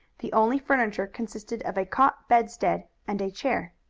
the only furniture consisted of a cot bedstead and a chair.